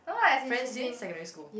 friends since secondary school